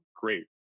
Great